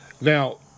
Now